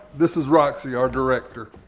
this is roxie, our director.